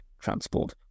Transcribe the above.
transport